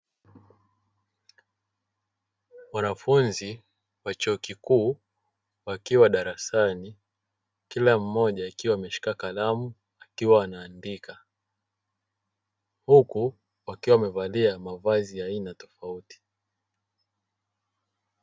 Wanafunzi wa chuo kikuu wakiwa darasani kila mmoja akiwa ameshika kalamu akiwa anaandika, huku wakiwa wamevalia mavazi ya aina tofauti.